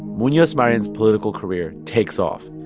munoz marin's political career takes off.